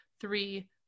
three